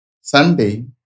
Sunday